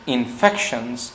infections